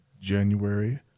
January